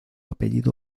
apellido